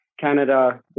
Canada